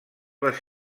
les